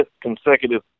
consecutive